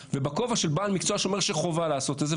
ובכובע של בעל מקצוע שאומר שחובה לעשות את זה,